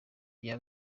bya